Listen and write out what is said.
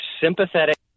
sympathetic